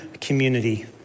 community